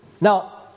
Now